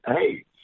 Hey